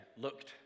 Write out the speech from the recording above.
looked